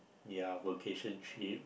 ya vacation trip